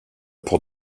pour